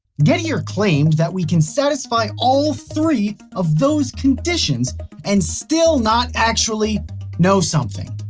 gettier claimed that we can satisfy all three of those conditions and still not actually know something.